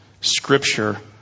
scripture